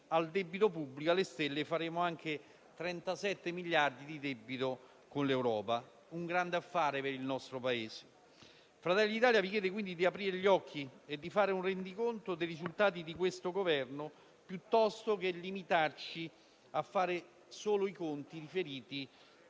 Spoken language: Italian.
al debito pubblico alle stelle faremo anche 37 miliardi di debito con l'Europa, un grande affare per il nostro Paese. Fratelli d'Italia vi chiede quindi di aprire gli occhi e di fare un rendiconto dei risultati di questo Governo, piuttosto che fare solo i conti riferiti